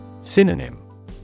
Synonym